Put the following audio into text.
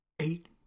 eight